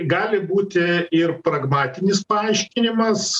gali būti ir pragmatinis paaiškinimas